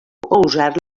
usar